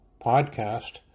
podcast